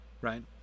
right